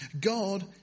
God